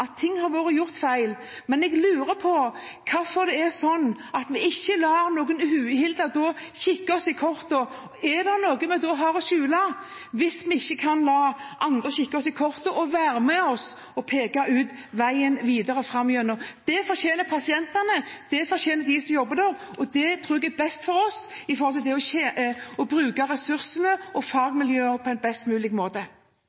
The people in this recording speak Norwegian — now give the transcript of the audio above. at ting har vært gjort feil, men jeg lurer på hvorfor det er sånn at vi ikke lar noen uhildede kikke oss i kortene. Er det noe vi har å skjule – hvis vi ikke kan la andre kikke oss i kortene og være med og peke ut veien videre framover. Det fortjener pasientene, det fortjener de som jobber der, og det tror jeg er best med hensyn til å bruke ressursene og